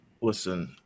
Listen